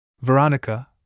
Veronica